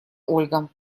ольга